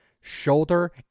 shoulder